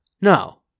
No